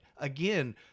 Again